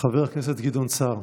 חבר הכנסת גדעון סער,